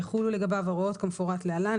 יחולו לגביו ההוראות כמפורט להלן,